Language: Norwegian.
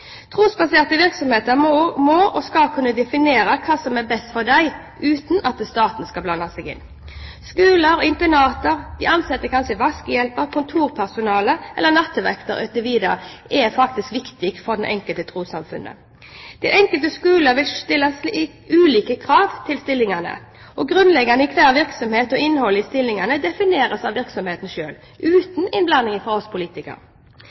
Trosbaserte virksomheter må og skal kunne definere hva som er best for dem, uten at staten skal blande seg inn. Skoler, internater, de ansatte – kanskje vaskehjelper, kontorpersonale eller nattvakter osv. – er faktisk viktige for det enkelte trossamfunn. De enkelte skoler vil stille litt ulike krav til stillingene. Det grunnleggende i hver virksomhet og innholdet i stillingene defineres av virksomheten selv, uten innblanding fra oss politikere.